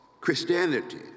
Christianity